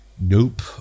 nope